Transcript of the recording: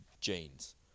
genes